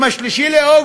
אם 3 באוגוסט,